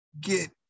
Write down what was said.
get